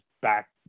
back